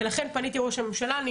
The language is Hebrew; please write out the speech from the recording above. ולכן פניתי לראש הממשלה.